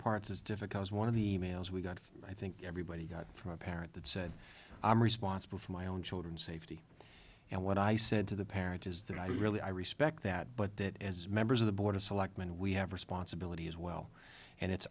parts as difficult as one of the e mails we got i think everybody got from a parent that said i'm responsible for my own children's safety and what i said to the parents is that i really i respect that but that as members of the board of selectmen we have a responsibility as well and it's